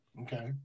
Okay